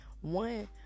One